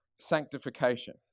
sanctification